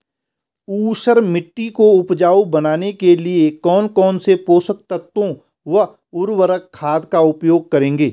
ऊसर मिट्टी को उपजाऊ बनाने के लिए कौन कौन पोषक तत्वों व उर्वरक खाद का उपयोग करेंगे?